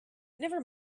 never